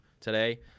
today